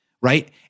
right